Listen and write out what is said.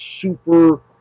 super